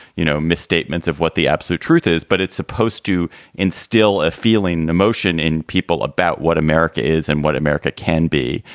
you know, misstatements of what the absolute truth is. but it's supposed to instill a feeling and emotion in people about what america is and what america can be.